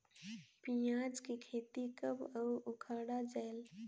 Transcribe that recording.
पियाज के खेती कब अउ उखाड़ा जायेल?